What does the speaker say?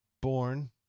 born